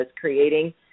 creating